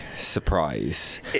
Surprise